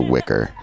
Wicker